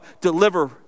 deliver